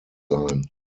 sein